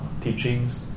teachings